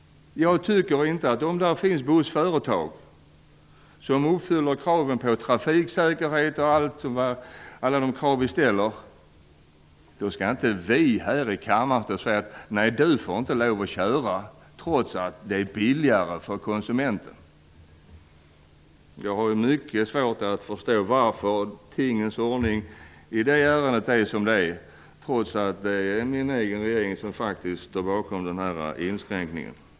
Om det finns bussföretag som uppfyller kraven på trafiksäkerhet och annat skall inte vi här i kammaren säga: Nej, du får inte köra trots att det är billigare för konsumenten. Jag har mycket svårt att förstå denna tingens ordning, trots att min egen regering står bakom den inställningen.